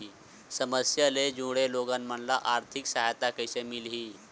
समस्या ले जुड़े लोगन मन ल आर्थिक सहायता कइसे मिलही?